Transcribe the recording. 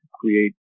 create